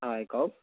হয় কওক